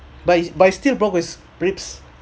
but he but he still broke his ribs